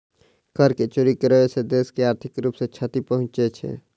कर के चोरी करै सॅ देश के आर्थिक रूप सॅ क्षति पहुँचे छै